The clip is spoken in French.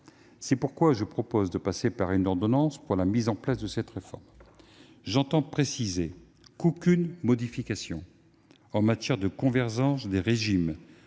C'est pourquoi je propose de passer également par une ordonnance pour la mise en place de cette réforme. Je précise néanmoins qu'aucune modification, en matière de convergence des régimes